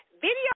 Video